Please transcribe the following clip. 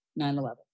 9-11